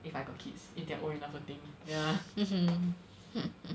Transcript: if I got kids if they're old enough to think ya